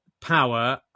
power